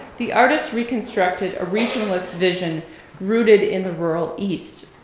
the artist reconstructed a regionalist vision rooted in the rural east.